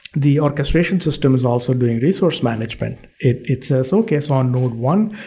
the orchestration system is also doing resource management. it it says, okay, on node one,